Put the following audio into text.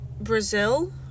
Brazil